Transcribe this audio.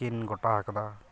ᱛᱤᱠᱤᱱ ᱜᱚᱴᱟ ᱟᱠᱟᱫᱟ